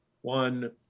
One